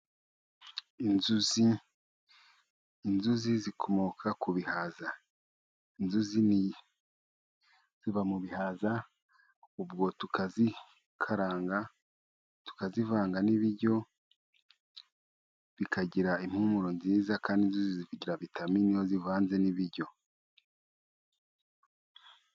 Inzuzi, inzuzi zikomoka ku bihaza. Inzuzi ziva mu bihaza, ubwo tukazikaranga, tukazivanga n'ibiryo bikagira impumuro nziza, kandi zigira vitamini, iyo zivanze n'ibiryo.